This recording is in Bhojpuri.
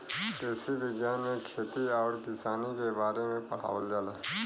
कृषि विज्ञान में खेती आउर किसानी के बारे में पढ़ावल जाला